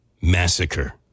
Massacre